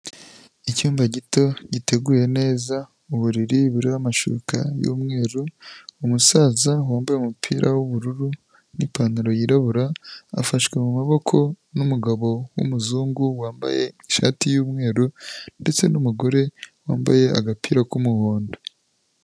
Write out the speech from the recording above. Icyumba gito giteguye neza, uburiri buriho amashuka y'umweru, umusaza wambaye umupira w'ubururu n'ipantaro yirabura, afashwe mu maboko n'umugabo w'umuzungu wambaye ishati y'umweru ndetse n'umugore wambaye agapira k'umuhondo.